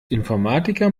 informatiker